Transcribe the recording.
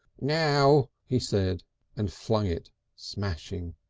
now! he said and flung it smashing.